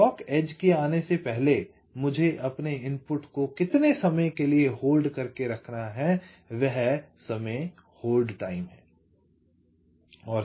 clock edge के आने से पहले मुझे अपने इनपुट को कितने समय के लिए होल्ड करके रखना है वह समय होल्ड टाइम है